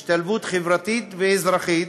השתלבות חברתית ואזרחית,